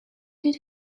did